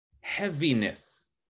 heaviness